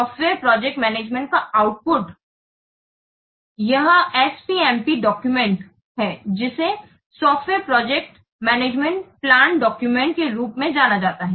software project management का output यह SPMP document है जिसे software project management plan document के रूप में जाना जाता है